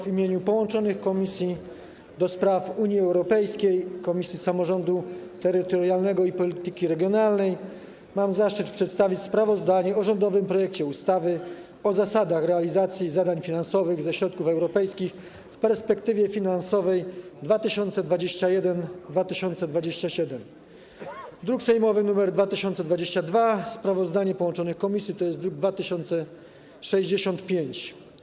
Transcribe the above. W imieniu połączonych Komisji: do Spraw Unii Europejskiej oraz Samorządu Terytorialnego i Polityki Regionalnej mam zaszczyt przedstawić sprawozdanie o rządowym projekcie ustawy o zasadach realizacji zadań finansowanych ze środków europejskich w perspektywie finansowej 2021-2027, druk sejmowy nr 2022, sprawozdanie połączonych komisji to jest druk nr 2065.